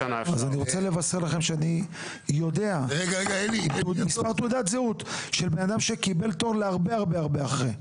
אז אני רוצה לבשר לכם שאני יודע על אדם שקיבל תור להרבה אחרי.